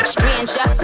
Stranger